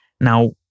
Now